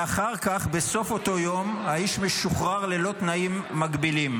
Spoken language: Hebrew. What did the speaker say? ואחר כך בסוף אותו יום האיש משוחרר ללא תנאים מגבילים.